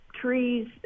trees